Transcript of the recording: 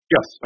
Yes